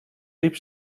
liep